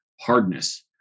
hardness